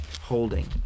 Holding